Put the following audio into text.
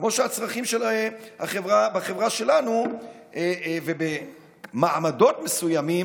כמו שהצרכים בחברה שלנו ובמעמדות מסוימים